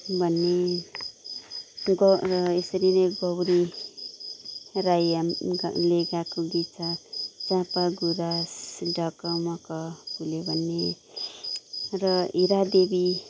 भन्ने ग यसरी नै गौरी राई उनले गाएको गीत छ चाँप गुराँस ढकमक फुल्यो भन्ने र हीरा देवी